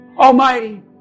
Almighty